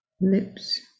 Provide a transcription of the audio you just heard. lips